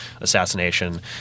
assassination